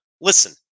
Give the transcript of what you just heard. Listen